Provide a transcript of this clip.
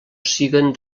siguen